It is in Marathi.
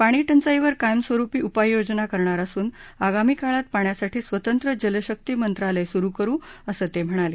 पाणी टंचाईवर कायमस्वरुपी उपाययोजना करणार असून आगामी काळात पाण्यासाठी स्वतंत्र जलशक्ती मंत्रालय सुरु करु असं ते म्हणाले